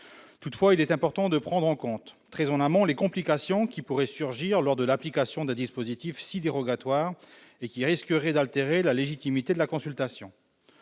Toutefois, il importe de prendre en compte très en amont les complications qui pourraient surgir lors de l'application d'un dispositif à ce point dérogatoire, au risque d'altérer la légitimité de la consultation.